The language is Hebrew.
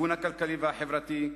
הסיכון הכלכלי והחברתי,